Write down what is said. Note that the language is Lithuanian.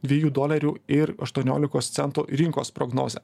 dviejų dolerių ir aštuoniolikos centų rinkos prognozę